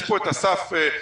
יש פה את אסף שיגיד.